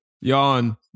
Yawn